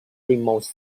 remote